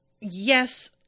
yes